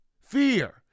fear